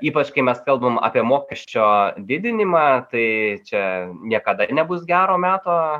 ypač kai mes kalbam apie mokesčio didinimą tai čia niekada nebus gero meto